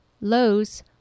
Lowe's